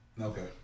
okay